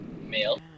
Male